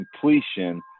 completion